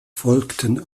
folgten